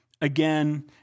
again